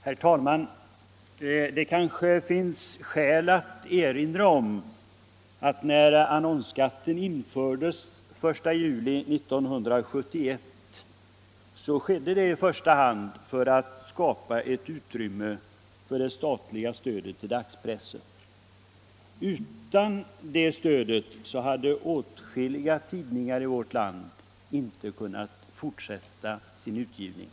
Herr talman! Det kanske finns skäl att erinra om att när annonsskatten infördes den 1 juli 1971 skedde det i första hand för att skapa ett utrymme för det statliga stödet till dagspressen. Utan detta stöd hade åtskilliga tidningar i vårt land inte kunnat fortsätta sin utgivning.